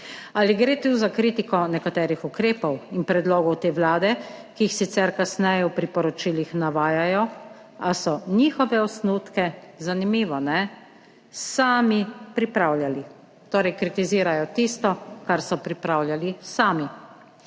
Ali gre tu za kritiko nekaterih ukrepov in predlogov te Vlade, ki jih sicer kasneje v priporočilih navajajo, a so njihove osnutke, zanimivo, ne, sami pripravljali. Torej kritizirajo tisto, kar so pripravljali sami.